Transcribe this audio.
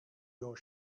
your